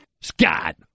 Scott